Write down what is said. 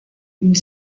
une